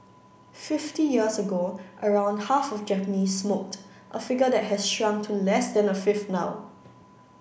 fifty years ago around half of Japanese smoked a figure that has shrunk to less than a fifth now